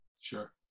Sure